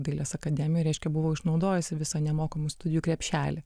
dailės akademijoj reiškia buvau išnaudojusi visą nemokamų studijų krepšelį